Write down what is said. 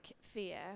fear